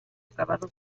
acabado